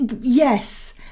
Yes